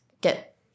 get